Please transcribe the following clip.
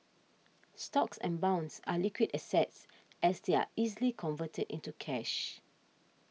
stocks and bonds are liquid assets as they are easily converted into cash